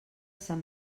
sant